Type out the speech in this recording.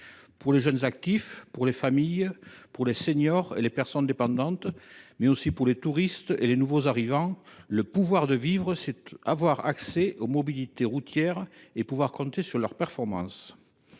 Pour les jeunes actifs, pour les familles, pour les seniors et les personnes dépendantes, mais aussi pour les touristes et les nouveaux arrivants, le pouvoir de vivre, c’est avoir accès aux mobilités routières et pouvoir compter sur leurs performances.